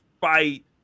fight